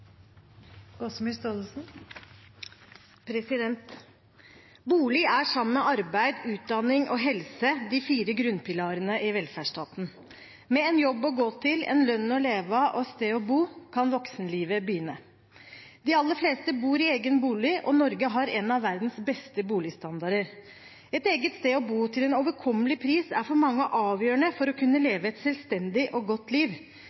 Det anses vedtatt. Bolig er, sammen med arbeid, utdanning og helse, de fire grunnpilarene i velferdsstaten. Med en jobb å gå til, en lønn å leve av og et sted å bo kan voksenlivet begynne. De aller fleste bor i egen bolig, og Norge har en av verdens beste boligstandarder. Et eget sted å bo til en overkommelig pris er for mange avgjørende for å kunne leve et selvstendig og godt liv.